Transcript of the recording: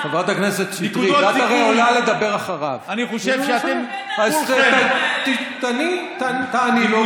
נקודות זיכוי, אני חושב שאתם, אז תעני לו.